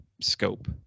scope